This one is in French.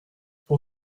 pour